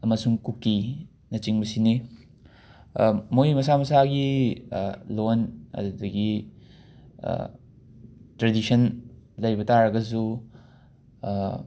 ꯑꯃꯁꯨꯡ ꯀꯨꯀꯤ ꯅꯆꯤꯡꯕꯁꯤꯅꯤ ꯃꯣꯏ ꯃꯁꯥ ꯃꯁꯥꯒꯤ ꯂꯣꯟ ꯑꯗꯨꯗꯒꯤ ꯇ꯭ꯔꯦꯗꯤꯁꯟ ꯂꯩꯕ ꯇꯥꯔꯒꯖꯨ